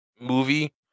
movie